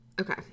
okay